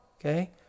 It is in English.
okay